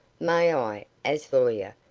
may i, as lawyer,